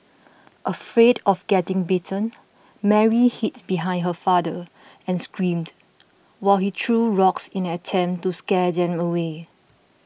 afraid of getting bitten Mary hid behind her father and screamed while he threw rocks in an attempt to scare them away